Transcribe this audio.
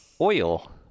Oil